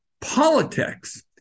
politics